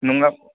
नङा